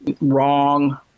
wrong